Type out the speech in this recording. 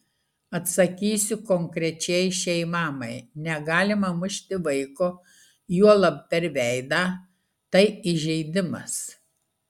atsakysiu konkrečiai šiai mamai negalima mušti vaiko juolab per veidą tai įžeidimas